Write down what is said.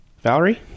Valerie